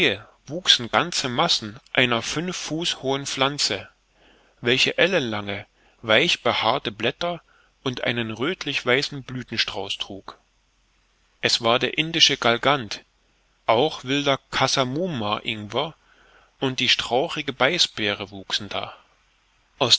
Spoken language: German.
wuchsen ganze massen einer fünf fuß hohen pflanze welche ellenlange weich behaarte blätter und einen röthlich weißen blüthenstrauß trug es war der indische galgant auch wilder cassamumar ingwer und die strauchige beißbeere wuchsen da